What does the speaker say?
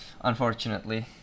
unfortunately